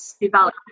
develop